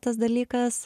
tas dalykas